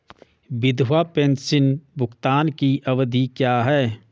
विधवा पेंशन भुगतान की अवधि क्या है?